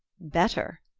better?